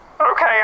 okay